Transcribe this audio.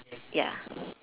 ya